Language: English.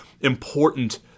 important